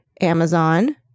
Amazon